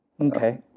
Okay